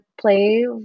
play